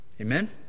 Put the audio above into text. Amen